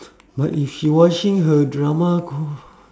but if she watching her drama conf~